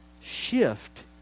shift